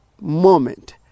moment